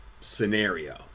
scenario